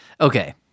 Okay